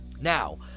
Now